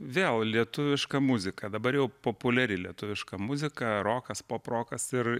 vėl lietuviška muzika dabar jau populiari lietuviška muzika rokas poprokas ir